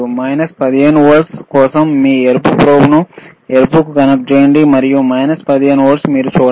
minus 15 వోల్ట్ల కోసం మీ ఎరుపు ప్రోబ్ను ఎరుపుకు కనెక్ట్ చేయండి మరియు మైనస్ 15 వోల్ట్లు మీరు చూడండి